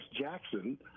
Jackson